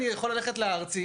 ואני מצטערת להגיד,